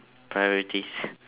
priorities